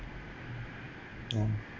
um